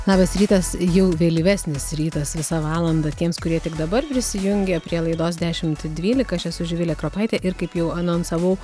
labas rytas jau vėlyvesnis rytas visa valanda tiems kurie tik dabar prisijungia prie laidos dešimt dvylika aš esu živilė kropaitė ir kaip jau anonsavau